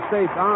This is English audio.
States